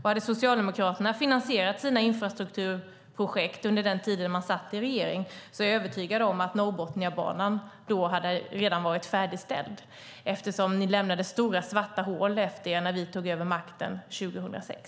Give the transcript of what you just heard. Hade Socialdemokraterna finansierat sina infrastrukturprojekt under den tid då man satt i regeringen är jag övertygad om att Norrbotniabanan redan hade varit färdigställd. Ni lämnade stora, svarta hål efter er när vi tog över makten 2006.